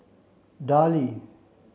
Darlie